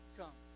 come